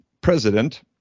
president